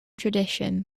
tradition